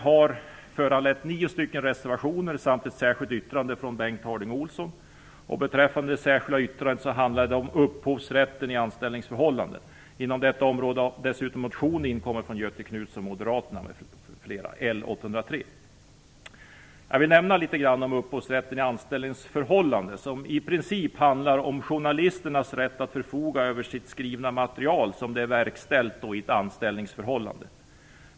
Jag vill nämna litet om upphovsrätten i anställningsförhållande, som handlar om journalisternas rätt att förfoga över sitt skrivna material verkställt i ett anställningsförhållande.